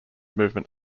movement